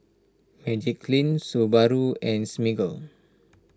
Magiclean Subaru and Smiggle